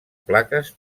plaques